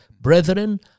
Brethren